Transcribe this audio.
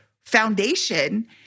foundation